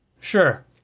Sure